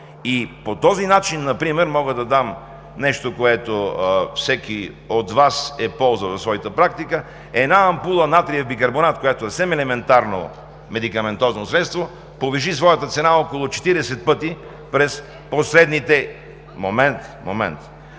По този начин например мога да дам нещо, което всеки от Вас е ползвал в своята практика – една ампула натриев бикарбонат, която е съвсем елементарно медикаментозно средство, повиши своята цена около 40 пъти през последните…